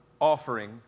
offering